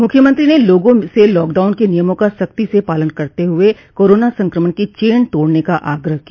मुख्यमंत्री ने लोगों से लॉकडाउन के नियमों का सख्ती से पालन करते हुए कोरोना संक्रमण की चेन तोड़ने का आग्रह किया